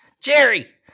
Jerry